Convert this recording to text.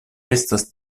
estas